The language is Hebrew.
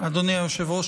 אדוני היושב-ראש,